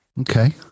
Okay